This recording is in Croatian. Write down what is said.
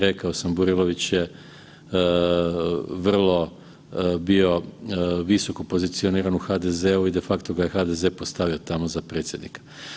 Rekao sam Burilović je vrlo bio visoko pozicioniran u HDZ-u i defakto ga je HDZ postavio tamo za predsjednika.